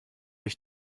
ich